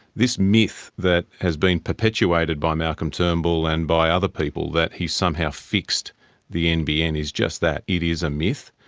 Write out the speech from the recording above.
this myth that has been perpetuated by malcolm turnbull and by other people that he's somehow fixed the nbn, is just that, it is a myth.